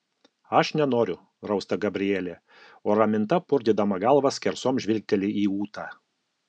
aš nenoriu rausta gabrielė o raminta purtydama galvą skersom žvilgteli į ūtą